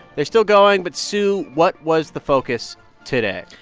they're still going. but, sue, what was the focus today?